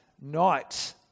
night